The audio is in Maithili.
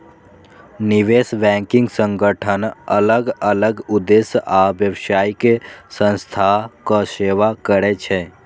निवेश बैंकिंग संगठन अलग अलग उद्देश्य आ व्यावसायिक संस्थाक सेवा करै छै